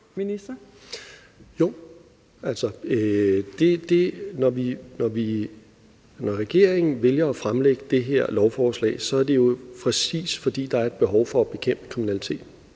Hækkerup): Jo. Når regeringen vælger at fremsætte det her lovforslag, er det jo præcis, fordi der er et behov for at bekæmpe kriminalitet;